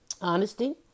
honesty